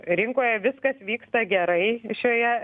rinkoje viskas vyksta gerai šioje